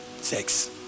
Sex